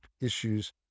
issues